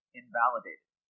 invalidated